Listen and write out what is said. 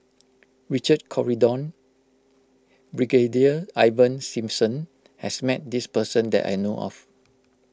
Richard Corridon Brigadier Ivan Simson has met this person that I know of